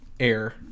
air